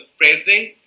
present